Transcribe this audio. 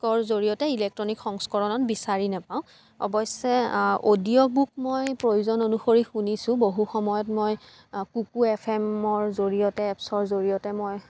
কৰ জৰিয়তে ইলেকট্ৰনিক সংস্কৰণত বিচাৰি নেপাওঁ অৱশ্যে অডিঅ' বুক মই প্ৰয়োজন অনুসৰি শুনিছোঁ বহু সময়ত মই কুকু এফ এমৰ জৰিয়তে এপছৰ জৰিয়তে মই